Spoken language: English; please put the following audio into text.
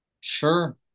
Sure